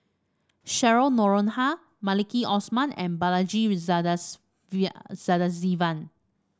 Cheryl Noronha Maliki Osman and Balaji Sadasivan